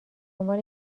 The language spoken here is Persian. عنوان